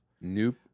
Nope